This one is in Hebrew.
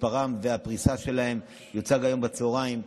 מספרן והפריסה שלהן יוצגו היום בצוהריים.